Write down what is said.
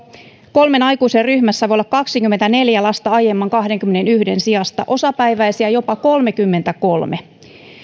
kolmen aikuisen ryhmässä voi olla kaksikymmentäneljä lasta aiemman kahdenkymmenenyhden sijasta osapäiväisiä jopa kolmekymmentäkolme